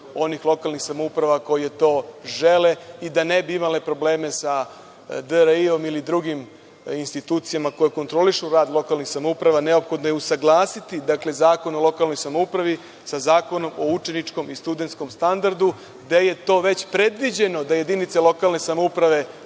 onih lokalnih samouprava koje to žele i da ne bi imale probleme sa DRI ili drugim institucijama koji kontrolišu rad lokalnih samouprava, neophodno je usaglasiti Zakon o lokalnoj samoupravi sa Zakonom o učeničkom i studentskom standardu, gde je to već predviđeno da jedinice lokalne samouprave